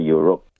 Europe